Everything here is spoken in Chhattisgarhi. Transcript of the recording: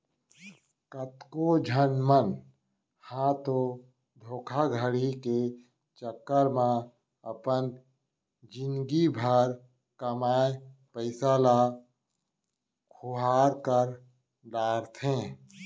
कतको झन मन ह तो धोखाघड़ी के चक्कर म अपन जिनगी भर कमाए पइसा ल खुवार कर डारथे